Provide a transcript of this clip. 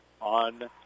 on